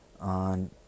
On